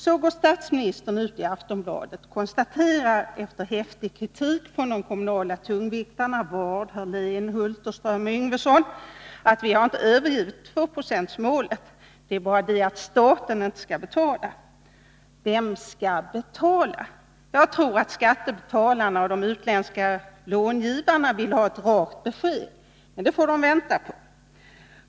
Så går statsministern ut i Aftonbladet och konstaterar, efter häftig kritik från de kommunala tungviktarna Ward, Hörlén, Hulterström och Yngvesson, att man inte har övergivit tvåprocentsmålet. Det är bara det att staten inte skall betala. Vem skall betala? Jag tror att skattebetalarna och de utländska långivarna vill ha ett rakt besked. Men det får de vänta på.